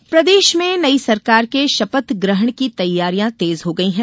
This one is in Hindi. शपथ तैयारी प्रदेश में नई सरकार के शपथ ग्रहण की तैयारियां तेज हो गई हैं